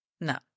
No